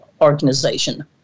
organization